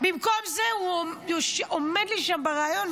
במקום זה הוא עומד לי שם בריאיון,